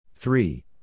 Three